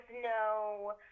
no